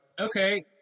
okay